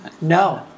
No